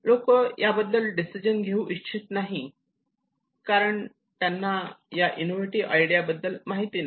लोक याबद्दल डिसिजन घेऊ इच्छित नाही कारण त्यांना या इनोव्हेटिव्ह आयडिया बद्दल माहिती नाही